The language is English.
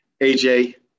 AJ